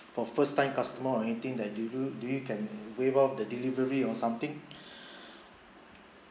for first time customer anything that you do do you can waive off the delivery or something